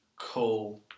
cool